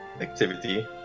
activity